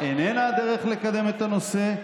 איננה הדרך לקדם את הנושא,